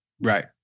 Right